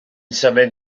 symud